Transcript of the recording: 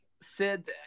Sid